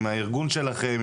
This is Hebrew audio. עם הארגון שלכם,